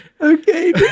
Okay